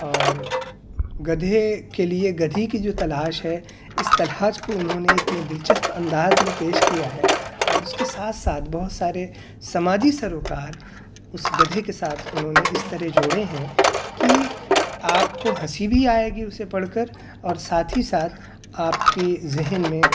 اور گدھے کے لیے گدھی کی جو تلاش ہے اس تلاش کو انہوں نے اتنے دلچسپ انداز میں پیش کیا ہے اور اس کے ساتھ ساتھ بہت سارے سماجی سروکار اس گدھے کے ساتھ انہوں نے اس طرح جوڑے ہیں کہ آپ کو ہنسی بھی آئے گی اسے پڑھ کر اور ساتھ ہی ساتھ آپ کے ذہن میں